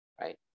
right